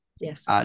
Yes